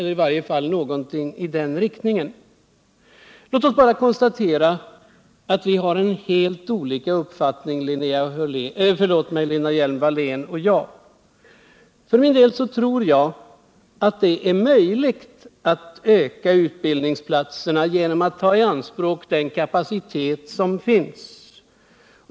Låt oss bara konstatera att Lena Hjelm-Wallén och jag har helt olika uppfattningar. För min del tror jag att det är möjligt att öka antalet utbildningsplatser genom att ta i anspråk den kapacitet som finns.